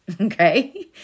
okay